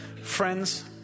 Friends